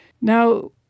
Now